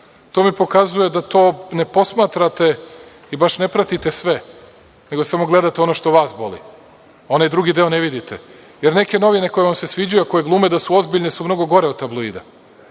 to mi pokazuje da to ne posmatrate i baš ne pratite sve, nego samo gledate ono što vas boli. Onaj drugi deo ne vidite. Jer, neke novine koje vam se sviđaju, koje glume da su ozbiljne, su mnogo gore od tabloida